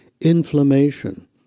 inflammation